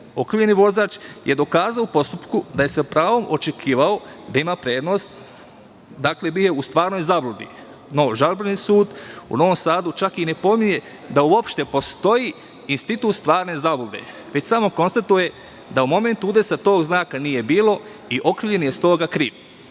Okrivljeni vozač je u postupku dokazao da je sa pravom očekivao da ima prednost. Dakle, bio je u stvarnoj zabludi. Žalbeni sud u Novom Sadu čak i ne pominje da uopšte postoji institut stvarne zablude, već samo konstatuje da u momentu udesa tog znaka nije bilo i okrivljeni je stoga kriv.